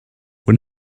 when